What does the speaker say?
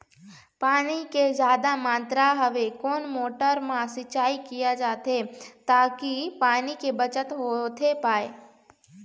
पानी के जादा मात्रा हवे कोन मोटर मा सिचाई किया जाथे ताकि पानी के बचत होथे पाए?